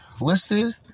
listed